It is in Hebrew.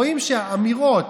רואים אמירות,